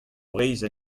breizh